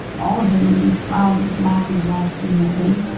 all of them leaving clouds of black exhaust in their wake.